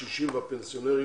הקשישים והפנסיונרים